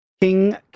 King